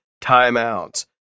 timeouts